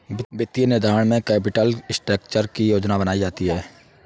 वित्तीय निर्धारण में कैपिटल स्ट्रक्चर की योजना बनायीं जाती है